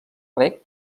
reg